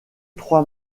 trois